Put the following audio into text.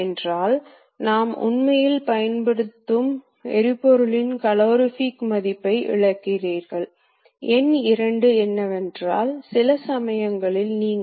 எனவே வட்டம் கடிகார திசையில் வரையப்பட வேண்டுமா அல்லது எதிர்ப்பு கடிகார திசை வாரியாக வரையப்பட வேண்டுமா என்பதைக் அதன்படி குறிப்பிட வேண்டும்